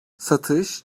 satış